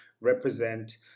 represent